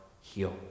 heal